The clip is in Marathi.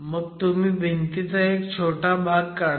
मग तुम्ही भिंतींचा एक छोटा भाग काढता